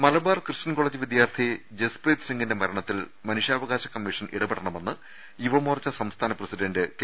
Malabar Christian college Jaspreet ജസ്പ്രീത് സിംഗിന്റെ മരണത്തിൽ മനുഷ്യാവകാശ കമ്മീഷൻ ഇടപെടണമെന്ന് യുവ മോർച്ച സംസ്ഥാന പ്രസിഡന്റ് കെ